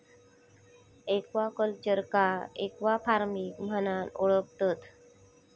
एक्वाकल्चरका एक्वाफार्मिंग म्हणान पण ओळखतत